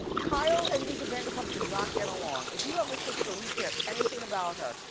kyle and lisa vanderpump do not get along. if you have a sister and you care anything about her,